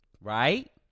Right